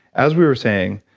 as we were saying,